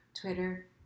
Twitter